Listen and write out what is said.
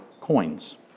coins